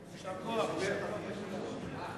סעיף 6, כהצעת הוועדה, נתקבל.